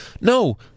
no